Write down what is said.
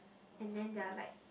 and then there are like